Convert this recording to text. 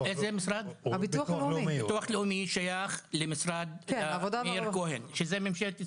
ביטוח לאומי שייך למשרד של מאיר כהן שזה ממשלת ישראל.